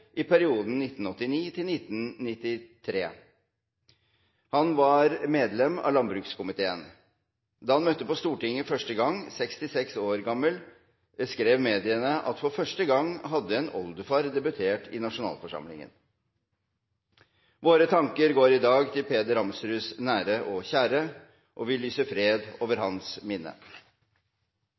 i perioden 1989–1993. Han var medlem av landbrukskomiteen. Da han møtte på Stortinget første gang 66 år gammel, skrev mediene at for første gang hadde en oldefar debutert i nasjonalforsamlingen. Våre tanker går i dag til Peder I. Ramsruds nære og kjære, og vi lyser fred over hans minne.